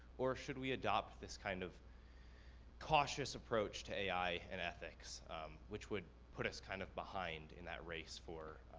or should we adopt this kind of cautious approach to ai and ethics which would put us kind of behind in that race for,